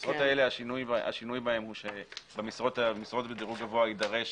השינוי הוא שבמשרות בדירוג גבוה תידרש